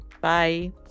Bye